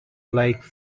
like